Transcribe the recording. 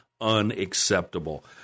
unacceptable